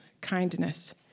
kindness